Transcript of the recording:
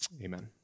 Amen